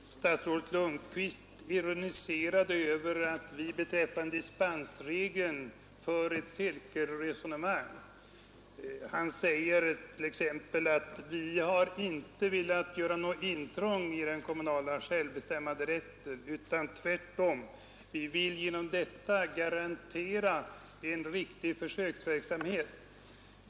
Herr talman! Statsrådet Lundkvist ironiserade över att vi beträffande dispensregeln för ett cirkelresonemang. Han sade t.ex. att man inte velat göra något intrång i den kommunla självbestämmanderätten utan att man tvärtom genom detta ville garantera en riktig försöksverksamhet.